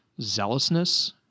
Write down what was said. zealousness